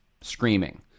screaming